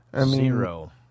Zero